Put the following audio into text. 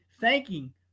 thanking